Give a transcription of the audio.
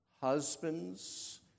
Husbands